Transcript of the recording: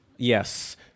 Yes